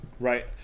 Right